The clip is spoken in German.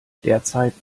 derzeit